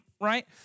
right